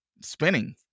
spinning